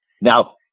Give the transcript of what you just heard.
Now